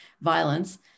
violence